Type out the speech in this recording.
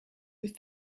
with